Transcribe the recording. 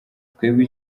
twebwe